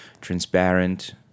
transparent